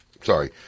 sorry